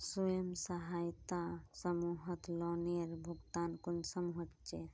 स्वयं सहायता समूहत लोनेर भुगतान कुंसम होचे?